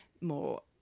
more